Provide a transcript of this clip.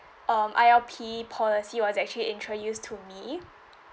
um I_L_P policy was actually introduced to me